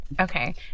Okay